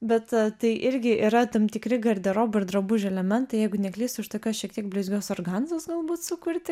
bet tai irgi yra tam tikri garderobo ir drabužių elementai jeigu neklystu už tokios šiek tiek blizgios organzos galbūt sukurti